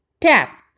Tap